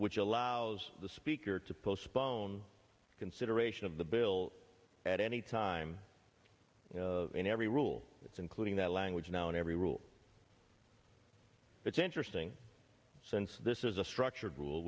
which allows the speaker to postpone consideration of the bill at any time and every rule that's including that language now and every rule it's interesting since this is a structured rule